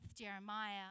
Jeremiah